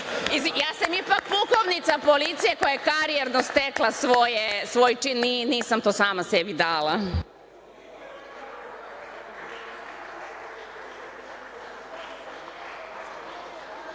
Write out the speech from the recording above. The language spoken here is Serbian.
sam pukovnica policije koja je karijerno stekla svoj čin. Nisam to sama sebi dala.